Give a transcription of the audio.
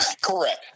Correct